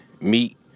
meet